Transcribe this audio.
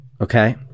okay